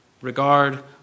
regard